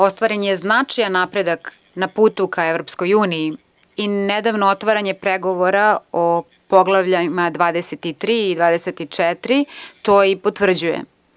Ostvaren je značajan napredak na putu ka Evropskoj uniji i nedavno otvaranje pregovora o poglavljima 23. i 24. to i potvrđuje.